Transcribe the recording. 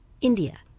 India